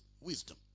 wisdom